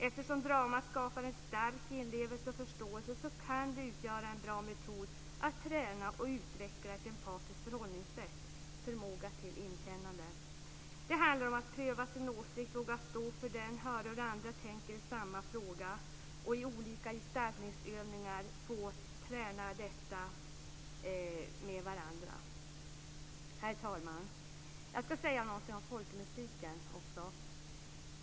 Eftersom drama skapar en stark inlevelse och förståelse kan det utgöra en bra metod att träna och utveckla ett empatiskt förhållningssätt och förmåga till inkännande. Det handlar om att pröva sin åsikt, att våga stå för den och höra hur andra tänker i samma fråga och att i olika gestaltningsövningar få träna detta med varandra. Herr talman! Jag ska också säga något om folkmusiken.